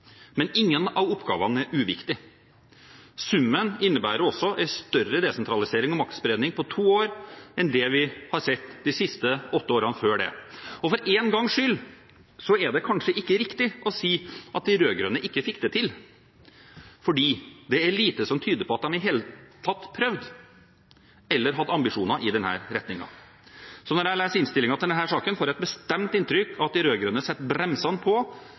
Men ingen av oppgavene er uviktige! Summen innebærer også en større desentralisering og maktspredning på to år enn det vi har sett de siste åtte årene. For en gangs skyld er det kanskje ikke riktig å si at de rød-grønne ikke fikk det til, for det er lite som tyder på at de i det hele tatt prøvde eller hadde ambisjoner i denne retningen. Når jeg leser innstillingen til denne saken, får jeg et bestemt inntrykk av at de rød-grønne setter bremsene på